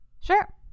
Sure